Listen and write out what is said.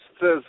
says